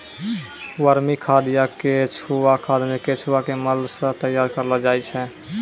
वर्मी खाद या केंचुआ खाद केंचुआ के मल सॅ तैयार करलो जाय छै